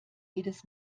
jedes